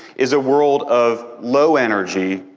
is a world of low energy,